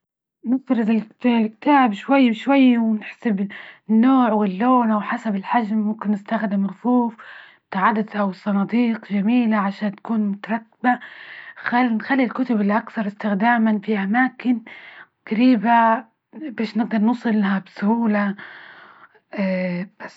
بنفرض الكتاب شوي- شوي، ونحسب النوع واللون أو حسب الحجم، ممكن نستخدم رفوف ابتعدت أو الصناديق جميلة عشان تكون متركبة، خل نخلي الكتب اللي أكثر استخداما في أماكن جريبة بش نقدر نوصل لها بسهولة، بس.